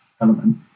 element